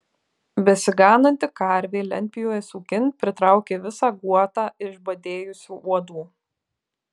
besigananti karvė lentpjūvės ūkin pritraukė visą guotą išbadėjusių uodų